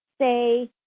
say